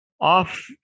off